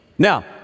Now